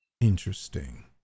interesting